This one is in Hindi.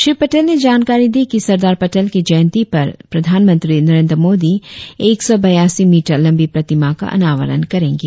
श्री पटेल ने जानकारी दी कि सरदार पेटल के जयंति पर प्रधानमंत्री नरेंद्र मोदी एक सौ बयासी मीटर लंबी प्रतिमा का अनावरन करेंगे